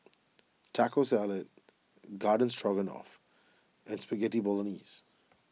Taco Salad Garden Stroganoff and Spaghetti Bolognese